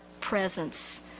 presence